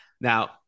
now